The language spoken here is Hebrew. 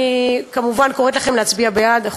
אני כמובן קוראת לכם להצביע בעד החוק.